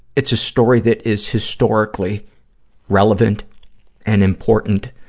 it's a story that is historically relevant and important,